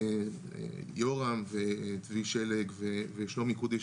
יורם וצבי שלג ושלומי קודיש,